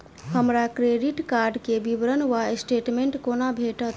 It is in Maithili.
हमरा क्रेडिट कार्ड केँ विवरण वा स्टेटमेंट कोना भेटत?